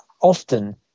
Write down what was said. Often